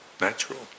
natural